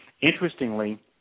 Interestingly